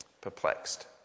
Perplexed